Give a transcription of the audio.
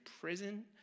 prison